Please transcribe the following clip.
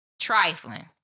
trifling